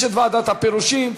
יש ועדת הפירושים,